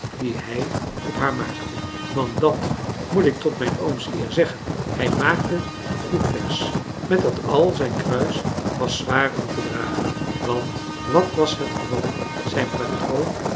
die hij op haar maakte want dat moet ik tot mijn ooms eer zeggen hij maakte een goed vers met dat al zijn kruis was zwaar om te dragen want wat was het geval zijn patroon